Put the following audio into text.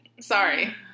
Sorry